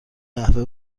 قهوه